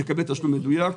תקבל תשלום מדויק.